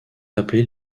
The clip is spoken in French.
appelés